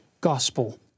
gospel